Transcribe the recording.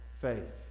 faith